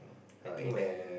I think when